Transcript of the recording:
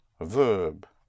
verb